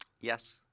Yes